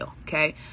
okay